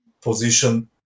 position